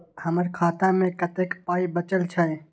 हमर खाता मे कतैक पाय बचल छै